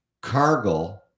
Cargill